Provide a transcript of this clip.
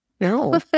No